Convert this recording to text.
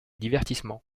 divertissement